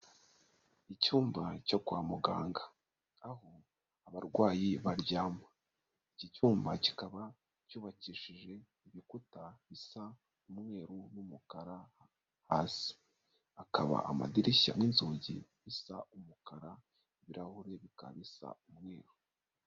Icyumba cyo kwa muganga. Aho abarwayi baryama. Iki cyumba kikaba cyubakishije ibikuta bisa umweru n'umukara hasi. Hakaba amadirishya n'inzugi bisa umukara, ibirahure bikaba bisa umweru.